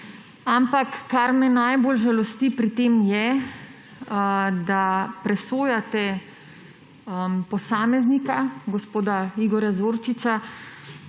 ampak kar me najbolj žalosti pri tem, je, da presojate posameznika, gospoda Igorja Zorčiča,